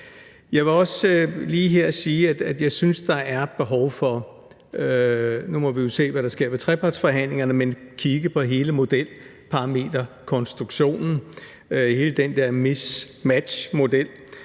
Jeg vil også lige her sige, at jeg synes, at der er behov for – nu må vi jo se, hvad der sker ved trepartsforhandlingerne – at kigge på hele modelparameterkonstruktionen, hele den der miskmaskmodel.